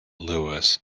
louis